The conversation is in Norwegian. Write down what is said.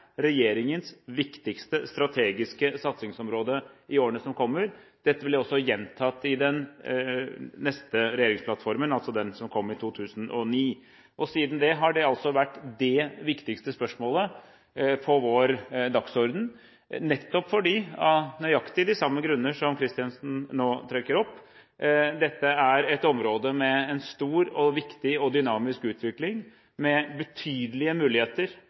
regjeringens viktigste strategiske satsingsområde i årene som kommer. Dette ble også gjentatt i den neste regjeringsplattformen, altså den som kom i 2009. Siden det har dette vært det viktigste spørsmålet på vår dagsorden, nettopp av nøyaktig de samme grunner som Kristiansen nå trekker opp, at dette er et område med en stor og viktig og dynamisk utvikling, med betydelige muligheter